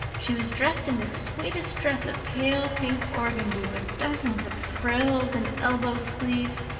she was dressed in the sweetest dress of pale-pink organdy, with dozens of frills and elbow sleeves,